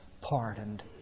pardoned